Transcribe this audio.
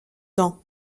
dents